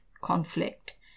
conflict